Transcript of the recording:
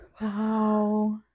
Wow